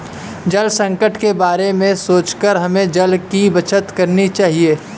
जल संकट के बारे में सोचकर हमें जल की बचत करनी चाहिए